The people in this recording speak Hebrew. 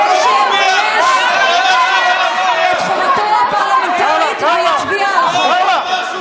כדי שיממש את חובתו הפרלמנטרית ויצביע על החוק.